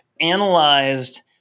analyzed